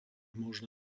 možno